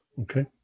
Okay